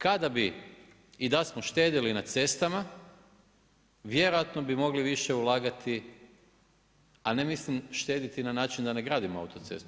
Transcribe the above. Kada bi i da smo štedjeli na cestama, vjerojatno bi mogli više ulagati, a ne mislim štedjeti na način da ne gradimo autocestu.